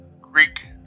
Greek